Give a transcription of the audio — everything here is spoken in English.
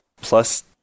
Plus